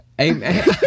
amen